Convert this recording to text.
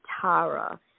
Tara